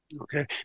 Okay